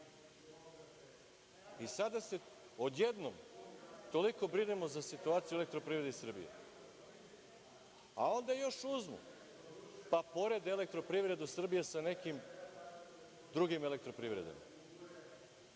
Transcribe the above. a sada se odjednom toliko brinemo o situaciji u „Elektroprivredi Srbije“. a onda još uzmu pa porede „Elektroprivredu Srbije“ sa nekim drugim elektroprivredama.